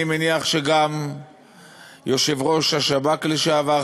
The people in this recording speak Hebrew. אני מניח שגם ראש השב"כ לשעבר,